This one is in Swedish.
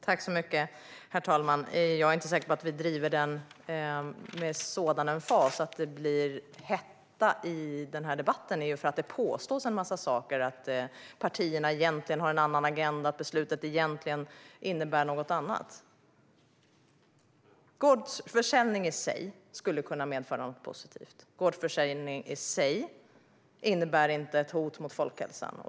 Herr talman! Jag är inte säker på att vi driver den med särskilt stor emfas. Att det blir hetta i den här debatten beror på att det påstås en massa saker: att partierna egentligen har en annan agenda och att beslutet egentligen innebär något annat. Gårdsförsäljning i sig skulle kunna medföra något positivt. Gårdsförsäljning i sig innebär inte ett hot mot folkhälsan.